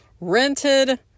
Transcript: Rented